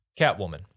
Catwoman